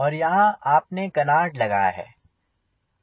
और यहाँ आपने एक कनार्ड लगाया है